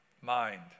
mind